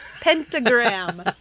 pentagram